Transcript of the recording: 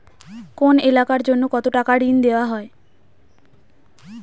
কোন এলাকার জন্য কত টাকা ঋণ দেয়া হয়?